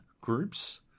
groups